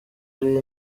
azi